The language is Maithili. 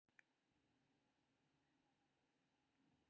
सामाजिक उद्यमिताक मुख्य उद्देश्य लाभ कमेनाय नहि होइ छै